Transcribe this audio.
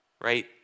right